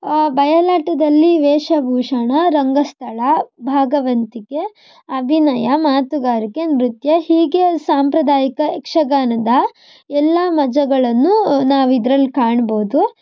ಬಯಲಾಟದಲ್ಲಿ ವೇಷಭೂಷಣ ರಂಗಸ್ಥಳ ಭಾಗವತಿಕೆ ಅಭಿನಯ ಮಾತುಗಾರಿಕೆ ನೃತ್ಯ ಹೀಗೆ ಸಾಂಪ್ರದಾಯಿಕ ಯಕ್ಷಗಾನದ ಎಲ್ಲ ಮಜಗಳನ್ನು ನಾವಿದ್ರಲ್ಲಿ ಕಾಣ್ಬೋದು